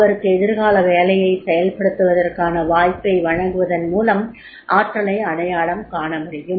அவருக்கு எதிர்கால வேலையை செயல்படுத்துவதற்கான வாய்ப்பை வழங்குவதன் மூலம் ஆற்றலை அடையாளம் காண முடியும்